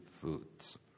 foods